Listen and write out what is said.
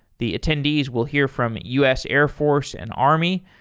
the attendees will hear from us airforce and army,